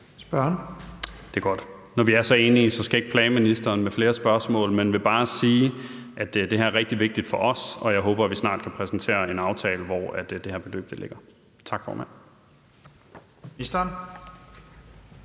Når vi er så enige, skal jeg ikke plage ministeren med flere spørgsmål, men jeg vil bare sige, at det her er rigtig vigtigt for os, og at jeg håber, at vi snart kan præsentere en aftale, hvor det her beløb fremgår. Tak, formand.